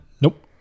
Nope